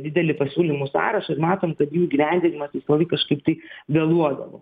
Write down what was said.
didelį pasiūlymų sąrašą ir matom kad jų įgyvendinimas visąlaik kažkaip tai vėluodavo